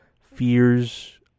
fears